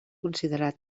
considerat